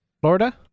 Florida